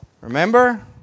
Remember